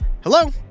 Hello